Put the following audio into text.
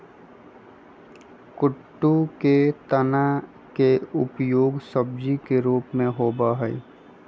कुट्टू के तना के उपयोग सब्जी के रूप में होबा हई